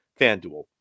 FanDuel